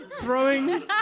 throwing